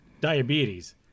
diabetes